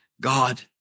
God